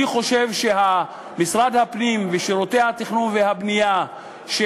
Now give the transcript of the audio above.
אני חושב ששירותי התכנון והבנייה במשרד